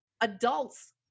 adults